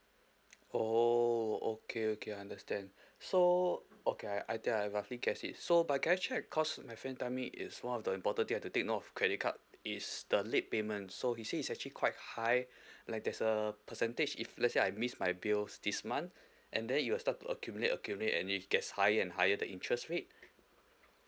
oh okay okay understand so okay I I think I roughly get it so but can I check cause my friend tell me it's one of the important thing I have to take note of credit card is the late payment so he say it's actually quite high like there's a percentage if let's say I miss my bills this month and then it will start to accumulate accumulate and it gets higher and higher the interest rate